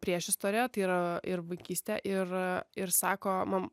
priešistorę tai yra ir vaikystę ir ir sako mum